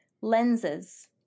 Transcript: Lenses